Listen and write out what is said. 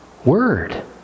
Word